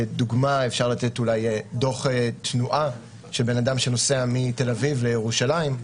לדוגמה אפשר לתת אולי דוח תנועה של בן אדם שנוסע מתל אביב לירושלים,